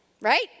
right